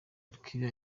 turkia